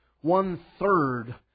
one-third